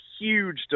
huge